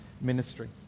ministry